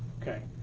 okay,